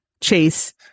chase